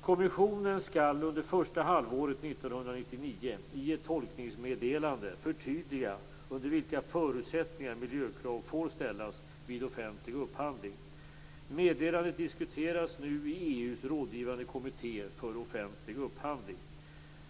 Kommissionen skall under första halvåret 1999 i ett tolkningsmeddelande förtydliga under vilka förutsättningar miljökrav får ställas vid offentlig upphandling. Meddelandet diskuteras nu i EU:s rådgivande kommitté för offentlig upphandling.